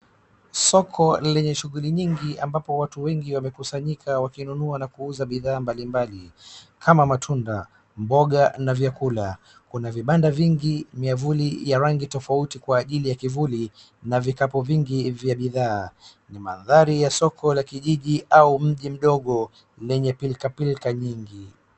Soko lenye shuguli nyingi ambapo watu wengi wamekusanyika wakinunua na kuuza bidhaa mbali mbali kama matunda, mboga na vyakula. Kuna vibanda vingi miavuli ya rangi tofauti kwa ajili ya kivuli na vikapu vingi vya bidhaa. Ni mandhari ya soko la kijiji au mji mdogo lenye pilka pilka nyingi.